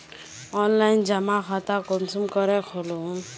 Online जमा खाता कुंसम करे खोलूम?